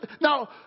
now